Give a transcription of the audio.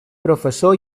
professor